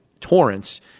Torrance